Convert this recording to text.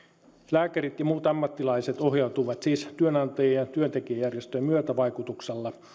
lääkärit ja muut ammattilaiset ohjautuivat siis työnantaja ja työntekijäjärjestöjen myötävaikutuksella